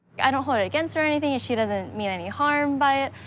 i don't hold it against her or anything, she doesn't mean any harm by it.